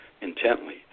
intently